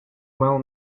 well